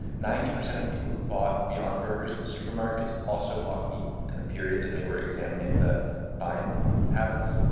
ninety percent of people who bought beyond burgers in supermarkets also bought meat in the period that they were examining the buying habits.